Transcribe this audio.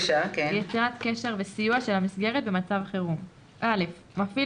יצירת קשר וסיוע של המסגרת במצב חירום 8. מפעיל